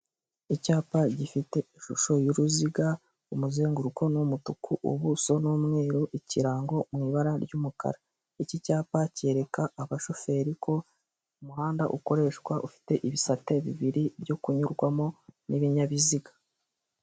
Icyapa gifite ishusho y’uruziga umuzenguruko n’umutuku ubuso n’umweru ikirango mu ibara ry’umukara. Iki cyapa cyereka abashoferi ko umuhanda ukoreshwa ufite ibisate bibiri byo kunyurwamo n’ibinyabiziga.